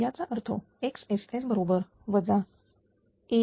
याचा अर्थXSS बरोबर A 1 ୮p